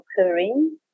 occurring